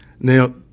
Now